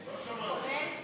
11, 12, 13, לא שומעים.